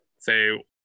say